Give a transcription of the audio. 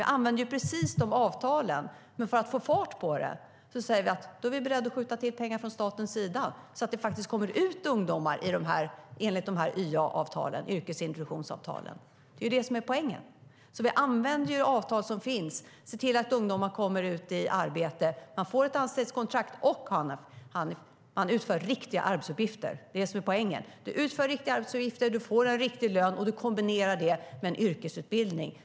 Vi använder samma avtal, men för att få fart på det hela är vi beredda att skjuta till pengar från statens sida, så att det faktiskt kommer ut ungdomar enligt YA-avtalen, yrkesintroduktionsavtalen. Det är det som är poängen. Vi använder avtal som finns och ser till att ungdomar kommer ut i arbete. Man får ett anställningskontrakt och, Hanif, man utför riktiga arbetsuppgifter. Det är det som är poängen. Man utför riktiga arbetsuppgifter, får en riktig lön och kombinerar det med en yrkesutbildning.